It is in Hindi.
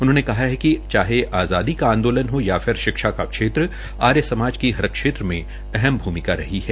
उन्होंने कहा है कि चाहे आजादी का आंदोलन हो या फिर शिक्षा का क्षेत्र आर्य समाज की हर क्षेत्र में अहम भूमिका रही है